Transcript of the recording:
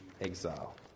exile